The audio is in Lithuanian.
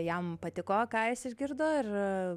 jam patiko ką jis išgirdo ir